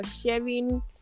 sharing